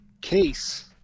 case